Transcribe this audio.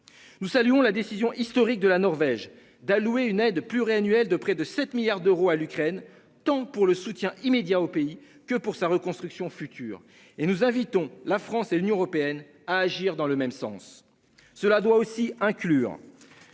Nous saluons la décision historique de la Norvège d'allouer une aide pluriannuelle de près de 7 milliards d'euros à l'Ukraine, tant pour le soutien immédiat aux pays que pour sa reconstruction future et nous invitons la France et l'Union européenne à agir dans le même sens. Cela doit aussi inclure.